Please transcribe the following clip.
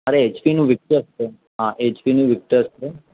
અરે એચપીનું વિક્ટસ છે હા એ જ એચપીનું વિક્ટસ છે